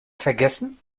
vergessen